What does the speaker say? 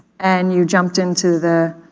and you jumped into the